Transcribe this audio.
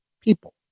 people